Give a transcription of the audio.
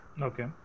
Okay